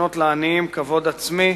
להקנות לעניים כבוד עצמי,